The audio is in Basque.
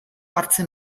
hartzen